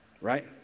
Right